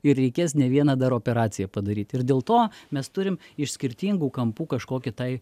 ir reikės ne vieną dar operaciją padaryt ir dėl to mes turim iš skirtingų kampų kažkokį tai